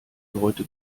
leute